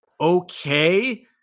okay